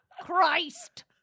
Christ